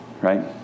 right